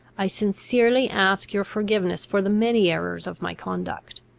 i sincerely ask your forgiveness for the many errors of my conduct.